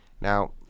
Now